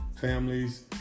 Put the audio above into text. families